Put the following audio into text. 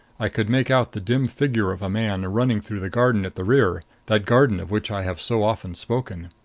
i could make out the dim figure of a man running through the garden at the rear that garden of which i have so often spoken.